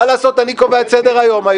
מה לעשות, אני קובע את סדר היום.